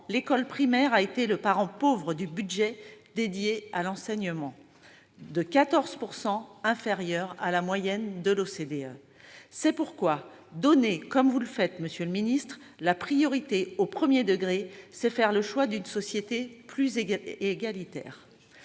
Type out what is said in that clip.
l'école primaire a été le parent pauvre du budget dédié à l'enseignement, inférieur de 14 % à la moyenne de l'OCDE. C'est pourquoi, monsieur le ministre, donner, comme vous le faites, la priorité au premier degré, c'est faire le choix d'une société plus égalitaire.